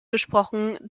gesprochen